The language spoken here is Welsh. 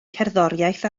cerddoriaeth